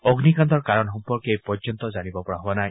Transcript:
অগ্নিকাণ্ডৰ কাৰণ সম্পৰ্কে এই পৰ্যন্ত জানিব পৰা হোৱা নাই